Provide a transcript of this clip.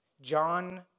John